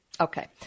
Okay